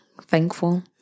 thankful